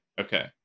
okay